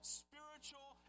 spiritual